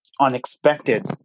unexpected